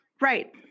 Right